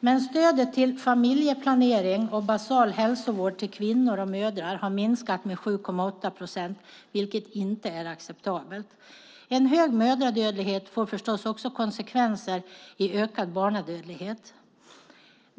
Men stödet till familjeplanering och basal hälsovård till kvinnor och mödrar har minskat med 7,8 procent, vilket inte är acceptabelt. En hög mödradödlighet får förstås också konsekvenser i form av ökad barnadödlighet.